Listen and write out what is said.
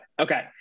Okay